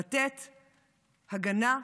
לתת הגנה,